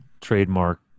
trademark